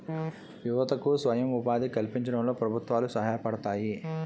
యువతకు స్వయం ఉపాధి కల్పించడంలో ప్రభుత్వాలు సహాయపడతాయి